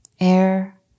Air